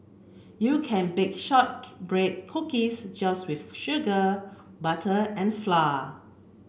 you can bake shortbread cookies just with sugar butter and flour